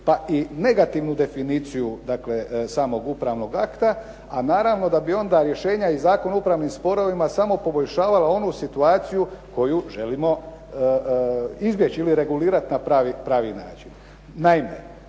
pa i negativnu definiciju dakle samog upravnog akta, a naravno da bi onda rješenja i Zakon o upravnim sporovima samo poboljšavala onu situaciju koju želimo izbjeći ili regulirati na pravi način.